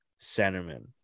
centerman